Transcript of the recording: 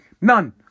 None